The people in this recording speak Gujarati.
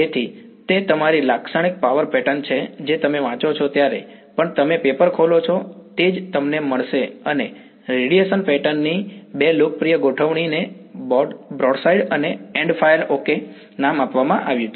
તેથી તે તમારી લાક્ષણિક પાવર પેટર્ન છે જે તમે વાંચો ત્યારે પણ તમે પેપર ખોલો છો તે જ તમને મળશે અને રેડિયેશન પેટર્ન ની બે લોકપ્રિય ગોઠવણીને બ્રોડસાઇડ અને એન્ડ ફાયર ઓકે નામ આપવામાં આવ્યા છે